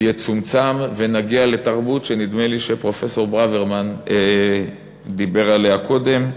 יצומצם ונגיע לתרבות שנדמה לי שפרופסור ברוורמן דיבר עליה קודם.